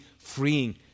freeing